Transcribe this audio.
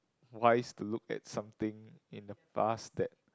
wise to look at something in the past that